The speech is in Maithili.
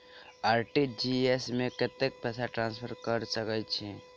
आर.टी.जी.एस मे कतेक पैसा ट्रान्सफर कऽ सकैत छी?